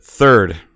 Third